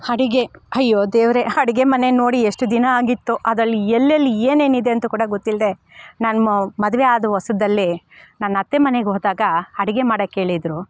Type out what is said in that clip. ಅಡುಗೆ ಅಯ್ಯೋ ದೇವರೇ ಅಡುಗೆ ಮನೆ ನೋಡಿ ಎಷ್ಟು ದಿನ ಆಗಿತ್ತೋ ಅದಲ್ಲಿ ಎಲ್ಲೆಲ್ಲಿ ಏನೇನಿದೆ ಅಂತ ಕೂಡ ಗೊತ್ತಿಲ್ಲದೆ ನಾನು ಮದುವೆ ಆದ ಹೊಸದಲ್ಲಿ ನನ್ನತ್ತೆ ಮನೆಗ್ಹೋದಾಗ ಅಡುಗೆ ಮಾಡೋಕ್ಕೇಳಿದ್ರು